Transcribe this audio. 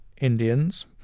Indians